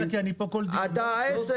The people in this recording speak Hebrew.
שאני בוועדה פה בכל דיון --- אתה עשר,